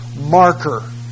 marker